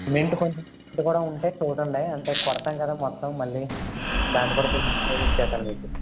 cement కొంచెం cement కూడా ఉంటే చూడండే అంటే కొడతాం కదా మొత్తం మళ్ళీ దాన్ని కూడా నేనే చేసి ఇచ్చేస్తాను మీకు